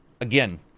Again